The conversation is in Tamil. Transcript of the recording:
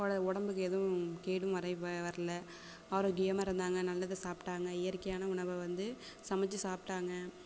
ஒட உடம்புக்கு எதுவும் கேடும் வரை வ வரல ஆரோக்கியமாக இருந்தாங்க நல்லதை சாப்பிட்டாங்க இயற்கையான உணவை வந்து சமைத்து சாப்பிட்டாங்க